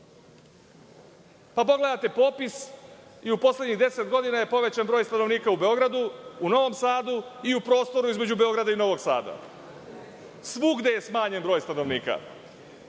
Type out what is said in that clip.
prava. Pogledajte popis, u poslednjih deset godina je povećan broj stanovnika u Beogradu, Novom Sadu i u prostoru između Beograda i Novog Sada. Svugde je smanjen broj stanovnika.